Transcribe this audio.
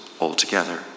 altogether